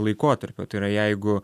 laikotarpio tai yra jeigu